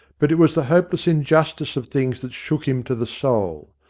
but it was the hopeless injustice of things that shook him to the soul.